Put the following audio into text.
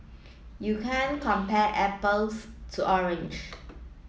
you can't compare apples to orange